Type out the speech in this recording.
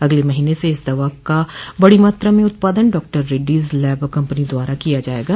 अगले महीने से इस दवा का बड़ी मात्रा में उत्पादन डॉ रेड्डी लैब कंपनी द्वारा किया जाएगा